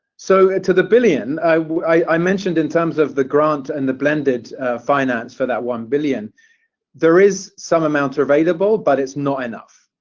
so to the billion, i mentioned in terms of the grant and the blended finance for that one billion dollars there is some amount available, but it's not enough.